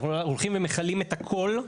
אנחנו הולכים ומכלים את הכל,